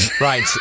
Right